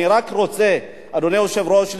אדוני היושב-ראש,